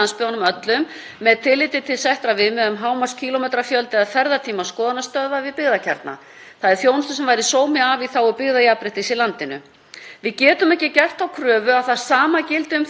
Við getum ekki gert þá kröfu að það sama gildi um þau sem búa í dreifðustu byggðum okkar lands og þau sem búa í þéttbýli. Aðstæður hér eru í því tilliti gerólíkar því sem víðast gerist innan ESB, þaðan sem innleiðing þess er ættuð.